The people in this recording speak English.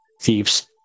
Thieves